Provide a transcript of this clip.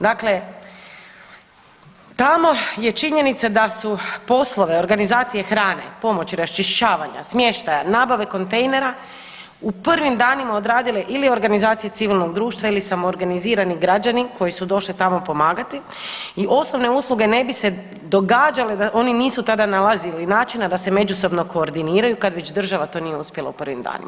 Dakle, tamo je činjenica da su poslove organizacije hrane i pomoći raščišćavanja, smještaja, nabave kontejnera u prvim danima odradile ili organizacije civilnog društva ili samoorganizirani građani koji su došli tamo pomagati i osnovne usluge ne bi se događale da oni nisu tada nalazili načina da se međusobno koordiniraju kad već država to nije uspjela u prvim danima.